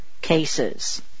cases